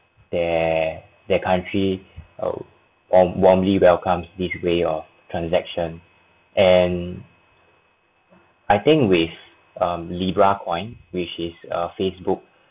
their their country warm~ warmly welcomes this way of transaction and I think with um libra coin which is err facebook